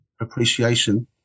appreciation